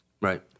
Right